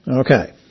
Okay